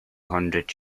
hundred